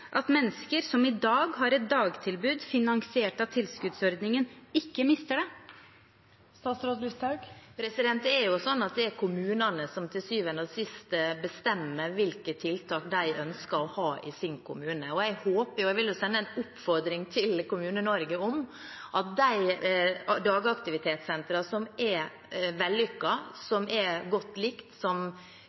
at mennesker som i dag har et dagtilbud finansiert av tilskuddsordningen, ikke mister det? Det er jo kommunene som til syvende og sist bestemmer hvilke tiltak de ønsker å ha i sin kommune. Jeg håper – og jeg vil sende en oppfordring til Kommune-Norge om – at de dagaktivitetssentrene som er vellykkede, som er godt likt, og som